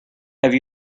have